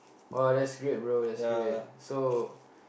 !wah! that's great bro that's great so